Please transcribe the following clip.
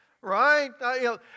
Right